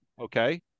Okay